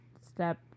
step